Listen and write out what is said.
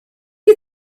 you